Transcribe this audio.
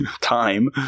time